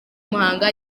muhanga